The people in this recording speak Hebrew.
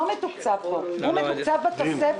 לא הייתה אפשרות להזיז את התהליך הזה.